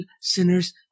sinners